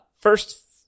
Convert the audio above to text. first